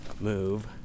move